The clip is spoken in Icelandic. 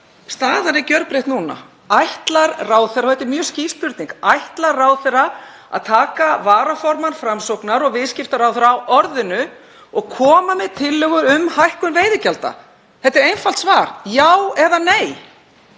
Staðan er gjörbreytt núna. Þetta er mjög skýr spurning: Ætlar ráðherra að taka varaformann Framsóknar og viðskiptaráðherra á orðinu og koma með tillögu um hækkun veiðigjalda? Þetta er einfalt svar: Já eða nei.